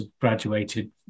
graduated